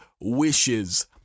wishes